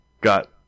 got